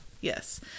Yes